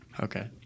okay